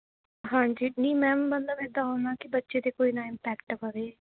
ਹਾਂਜੀ ਨਹੀਂ ਮੈਮ ਮਤਲਬ ਇੱਦਾਂ ਹੋ ਨਾ ਕਿ ਬੱਚੇ 'ਤੇ ਕੋਈ ਨਾ ਈਮਪੈਕਟ ਪਵੇ